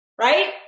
right